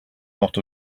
not